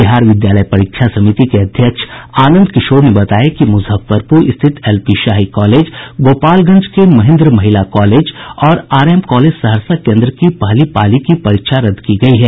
बिहार विद्यालय परीक्षा समिति के अध्यक्ष आनंद किशोर ने बताया कि मुजफ्फरपुर स्थित एलपी शाही कॉलेज गोपालगंज के महिन्द्र महिला कॉलेज और आरएम कॉलेज सहरसा केन्द्र की पहली पाली की परीक्षा रद्द की गयी है